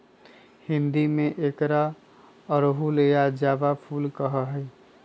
हिंदी में एकरा अड़हुल या जावा फुल कहा ही